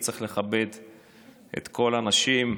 וצריך לכבד את כל האנשים,